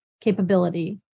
capability